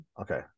okay